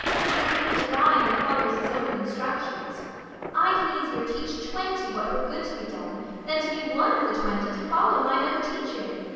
it is a good divine that follows his own instructions i can easier teach twenty what were good to be done than to be one of the twenty to follow mine own teaching.